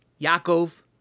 Yaakov